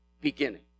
beginning